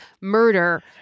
murder